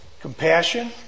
compassion